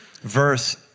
verse